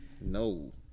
No